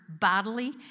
bodily